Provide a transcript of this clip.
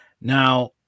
Now